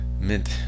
Mint